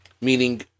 Meaning